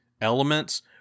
elements